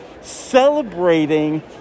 celebrating